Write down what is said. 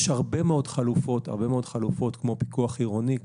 יש הרבה מאוד חלופות כמו פיקוח עירוני או